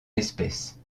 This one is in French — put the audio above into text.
espèce